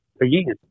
again